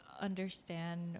understand